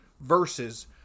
versus